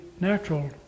natural